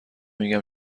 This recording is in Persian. میگم